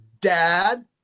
dad